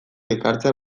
ekartzea